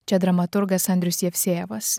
čia dramaturgas andrius jevsejevas